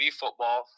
football